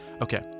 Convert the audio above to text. Okay